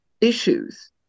issues